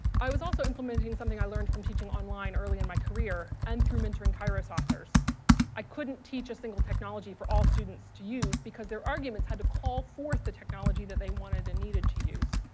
i was also implementing something i learned from teaching online early in my career and through mentoring kairos authors i couldn't teach a single technology for all students to use because their arguments had to call forth the technology that they wanted and needed to use,